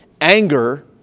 Anger